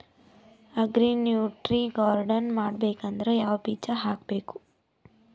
Agri nutri garden ಮಾಡಬೇಕಂದ್ರ ಯಾವ ಬೀಜ ಹಾಕಬೇಕು?